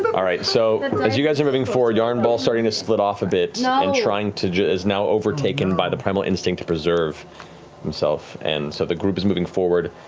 but all right, so as you guys are moving forward, yarnball's starting to split off a bit and trying to is now overtaken by the primal instinct to preserve himself and so the group is moving forward,